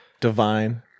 Divine